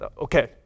Okay